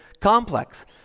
complex